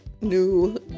new